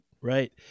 right